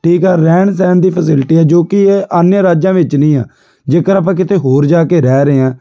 ਠੀਕ ਹੈ ਰਹਿਣ ਸਹਿਣ ਦੀ ਫੈਸਿਲਟੀ ਹੈ ਜੋ ਕਿ ਇਹ ਅਨਿਆ ਰਾਜਾਂ ਵਿੱਚ ਨਹੀਂ ਆ ਜੇਕਰ ਆਪਾਂ ਕਿਤੇ ਹੋਰ ਜਾ ਕੇ ਰਹਿ ਰਹੇ ਹੈ